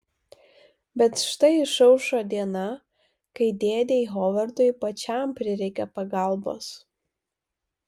bet štai išaušo diena kai dėdei hovardui pačiam prireikia pagalbos